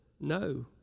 no